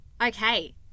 Okay